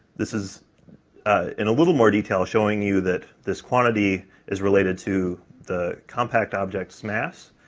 this is in a little more detail, showing you that this quantity is related to the compact object's mass,